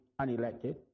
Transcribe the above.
unelected